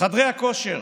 חדרי הכושר,